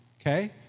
Okay